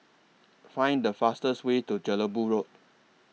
Find The fastest Way to Jelebu Road